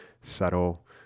subtle